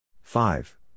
five